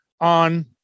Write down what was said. on